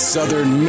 Southern